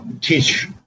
teach